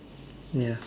ya